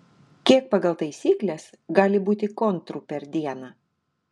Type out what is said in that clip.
kiek pagal taisykles gali būti kontrų per dieną